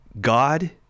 God